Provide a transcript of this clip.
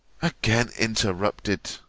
again interrupted